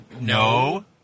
no